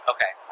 Okay